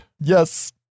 Yes